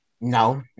no